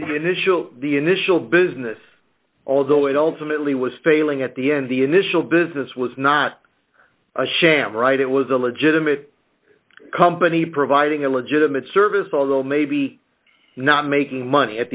the initial the initial business although it ultimately was failing at the end the initial business was not a sham right it was a legitimate company providing a legitimate service although maybe not making money at